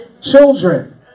Children